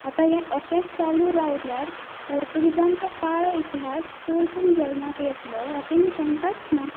आतां हें अशेंच चालू रावल्यार पोर्तुगिजांचो काळ इतिहास परतून जल्माक येतलो हातूंत शंकाच ना